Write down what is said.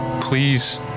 please